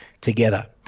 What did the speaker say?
together